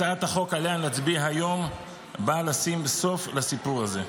הצעת החוק שעליה נצביע היום באה לשים סוף לסיפור הזה.